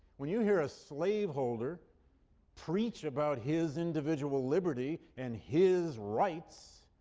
when you hear a slaveholder preach about his individual liberty and his rights,